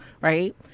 right